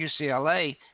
UCLA